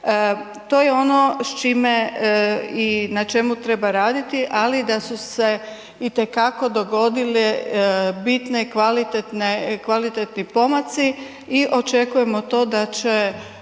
To je ono s čime i na čemu treba raditi, ali da su se itekako dogodile bitni kvalitetni pomaci i očekujemo to da će